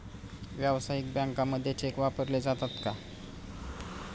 व्यावसायिक बँकांमध्ये चेक वापरले जातात का?